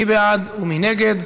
מי בעד ומי נגד?